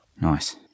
Nice